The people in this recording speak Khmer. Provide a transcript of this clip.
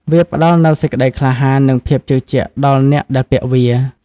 វាផ្តល់នូវសេចក្តីក្លាហាន និងភាពជឿជាក់ដល់អ្នកដែលពាក់វា។